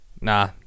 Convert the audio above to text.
Nah